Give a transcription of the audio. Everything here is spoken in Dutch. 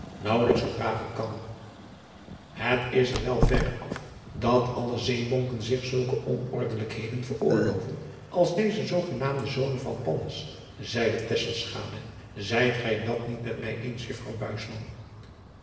naauwelijks verdragen kan et is er wel verre af dat alle zeebonken zich zulke onordenlijkheden veroorloven als deze zogenaamde zonen van allas zeide zijt gij dat niet met mij eens